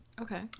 Okay